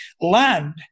land